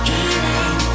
Healing